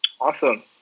awesome